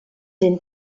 den